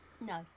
No